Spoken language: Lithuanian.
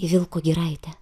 į vilko giraitę